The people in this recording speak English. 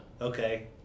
Okay